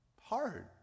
hard